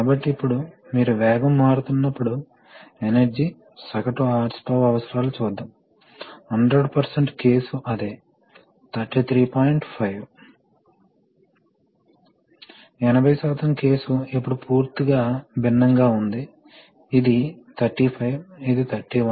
కాబట్టి మీరు వాతావరణంలోకి విడుదల చేయడానికి ముందు ఈ ఆయిల్ ను ఫిల్టర్ చేయాలి ఎందుకంటే ఈ ఫిల్టరింగ్ రెగ్యులేషన్ మరియు లూబ్రికేషన్ చాలా సాధారణ అవసరాలు కాబట్టి మనకు కాంబో యూనిట్ల మాదిరిగా ఇక్కడ ఈ ఫిల్టర్ రెగ్యులేటర్ లూబ్రికేషన్ కలిసి రూపొందించబడింది కాబట్టి ఫిల్టర్ రెగ్యులేటర్ లూబ్రికేషన్ యూనిట్ సాధారణంగా ఇది ఒక చిహ్నం